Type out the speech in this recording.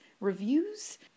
reviews